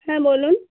হ্যাঁ বলুন